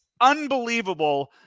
unbelievable